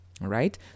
right